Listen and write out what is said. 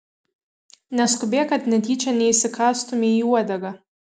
neskubėk kad netyčia neįsikąstumei į uodegą